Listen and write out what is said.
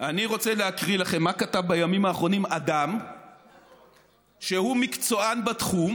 אני רוצה להקריא לכם מה כתב בימים האחרונים אדם שהוא מקצוען בתחום,